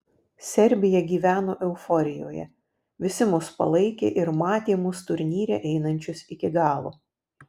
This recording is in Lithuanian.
serbija gyveno euforijoje visi mus palaikė ir matė mus turnyre einančius iki galo